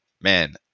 man